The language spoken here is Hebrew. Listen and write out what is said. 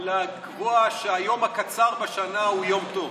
לקבוע שהיום הקצר בשנה הוא יום טוב?